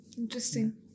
interesting